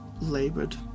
labored